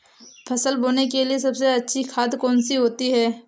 फसल बोने के लिए सबसे अच्छी खाद कौन सी होती है?